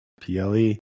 ple